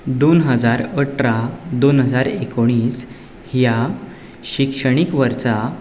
दोन हजार अठरा दोन हजार एकोणीस ह्या शिक्षणीक वर्सा